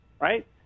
right